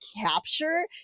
capture